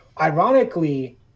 Ironically